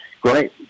great